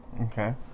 Okay